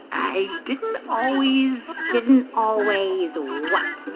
i didn't always. didn't always what?